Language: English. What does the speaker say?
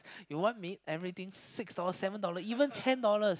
you want meat everything six dollars seven dollars even ten dollars